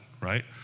right